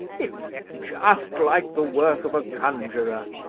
it's just like the work of a conjuror!